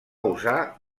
usar